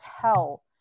tell